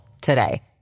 today